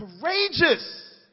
courageous